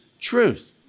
truth